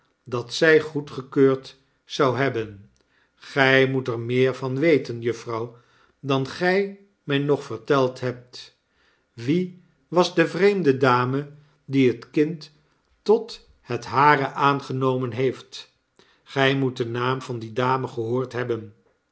dat zij goedgekeurd zou hebben gij moet er meer van weten juffrouw dan gy my nog verteld hebt wie was de vreemde dame die het kind tot het hare aangenomen heeft gij moet den naam van die dame gehoord hebben